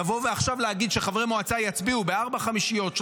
לבוא עכשיו ולהגיד שחברי המועצה יצביעו בארבע חמישיות,